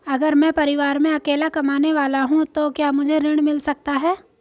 अगर मैं परिवार में अकेला कमाने वाला हूँ तो क्या मुझे ऋण मिल सकता है?